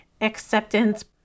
acceptance